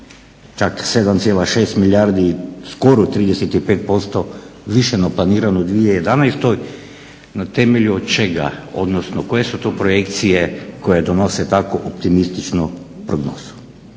čak 7,6 milijardi, skoro 35% više neplanirano u 2011. na temelju čega, odnosno koje su to projekcije koje donose tako optimističnu prognozu.